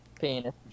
Penis